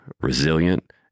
resilient